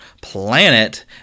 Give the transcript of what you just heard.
planet